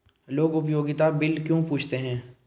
लोग उपयोगिता बिल क्यों पूछते हैं?